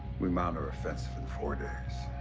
we mount our offenses in four days.